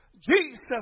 Jesus